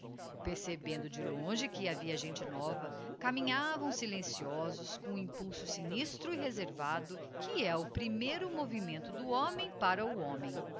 percebendo de longe que havia gente nova caminhavam silenciosos com o impulso sinistro e reservado que é o primeiro movimento do homem para o homem